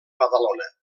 badalona